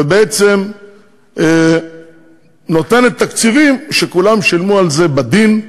ובעצם נותנת תקציבים שכולם שילמו על זה בדין,